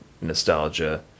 nostalgia